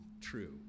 true